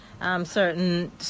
certain